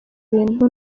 ibintu